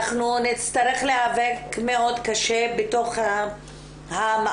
אנחנו נצטרך להיאבק מאוד קשה בתוך המאבק